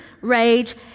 rage